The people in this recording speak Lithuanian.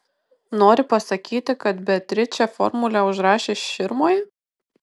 nori pasakyti kad beatričė formulę užrašė širmoje